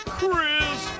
Chris